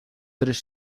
tres